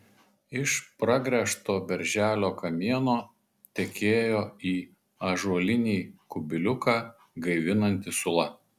iš pragręžto berželio kamieno tekėjo į ąžuolinį kubiliuką gaivinanti sula